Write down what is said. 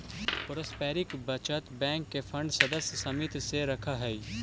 पारस्परिक बचत बैंक के फंड सदस्य समित्व से रखऽ हइ